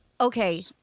Okay